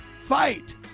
Fight